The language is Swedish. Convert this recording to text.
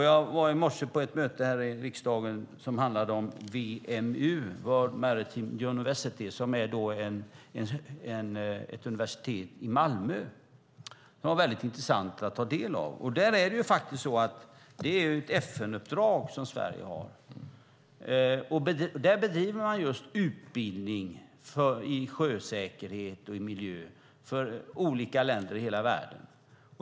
Jag var i morse på ett möte här i riksdagen som handlade om WMU, World Maritime University, som är ett universitet i Malmö. Det var mycket intressant att ta del av. Det är ett FN-uppdrag som Sverige har. Där bedriver man utbildning i sjösäkerhet och miljö för olika länder i hela världen.